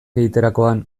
egiterakoan